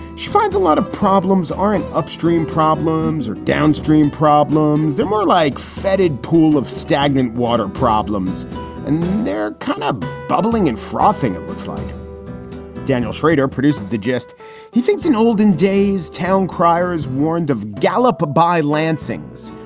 she finds a lot of problems aren't upstream problems or downstream problems. they're more like fetid pool of stagnant water problems and they're kind of bubbling and frothing. it looks like daniel shrader produces digest. he thinks in olden days, town crier is warned of gallup by lansing's,